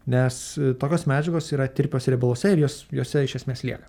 nes tokios medžiagos yra tirpios riebaluose ir jos juose iš esmės lieka